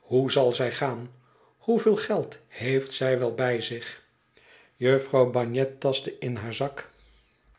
hoe zal zij gaan hoeveel geld heeft zij wel bij zich jufvrouw bagnet tastte in haar zak